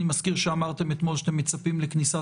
אני מזכיר שאמרתם אתמול שאתם מצפים לכניסה